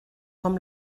com